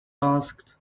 asked